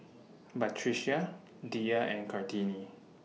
Batrisya Dhia and Kartini